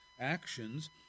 actions